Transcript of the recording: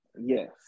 yes